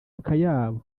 akayabo